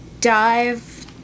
dive